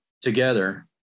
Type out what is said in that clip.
together